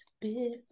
business